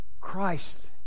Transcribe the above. Christ